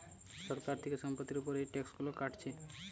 সরকার থিকে সম্পত্তির উপর এই ট্যাক্স গুলো কাটছে